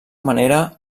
manera